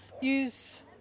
use